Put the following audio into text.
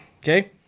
Okay